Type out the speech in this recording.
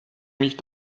mich